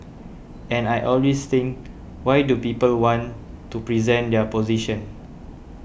and I always think why do people want to present their position